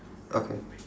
okay